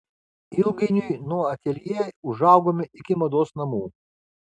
ilgainiui nuo ateljė užaugome iki mados namų